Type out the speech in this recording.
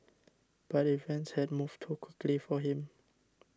but events had moved too quickly for him